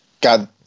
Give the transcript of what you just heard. God